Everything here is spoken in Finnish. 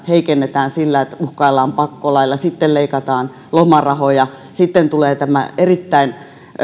heikennetään sillä että uhkaillaan pakkolaeilla sitten leikataan lomarahoja sitten tulee tämä oikeudentuntoa erittäin